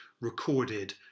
recorded